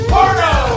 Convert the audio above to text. Porno